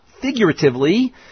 figuratively